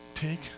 Take